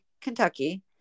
Kentucky